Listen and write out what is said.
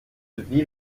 wie